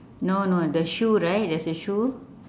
no no the shoe right there is a shoe